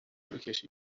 بکشی